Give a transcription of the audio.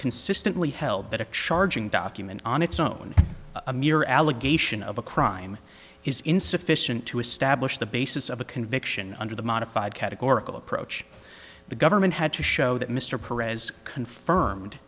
consistently held that a charging document on its own a mere allegation of a crime is insufficient to establish the basis of a conviction under the modified categorical approach the government had to show that mr perez confirmed